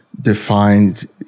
defined